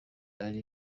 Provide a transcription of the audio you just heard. ari